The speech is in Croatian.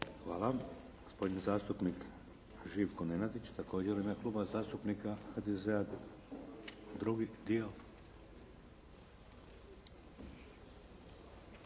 Hvala.